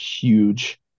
huge